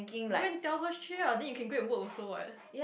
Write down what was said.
go and tell her straight ah then you can go and work also what